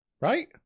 right